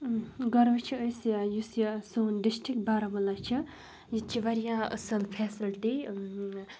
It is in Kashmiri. گۄڈٕ وٕچھِ أسۍ یُس یہِ سون ڈِسٹِرٛک بارہمولہ چھِ ییٚتہِ چھِ واریاہ اَصٕل فیسلٹی